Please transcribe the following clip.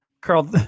carl